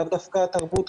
לאו דווקא תרבות,